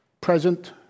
present